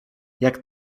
jak